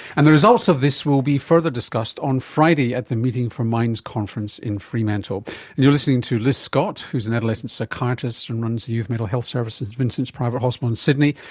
and the results of this will be further discussed on friday at the meeting for minds conference in fremantle. and you're listening to liz scott, who is an adolescent psychiatrist and runs the youth mental health services at st vincent's private hospital in sydney,